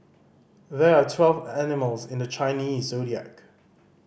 there are twelve animals in the Chinese Zodiac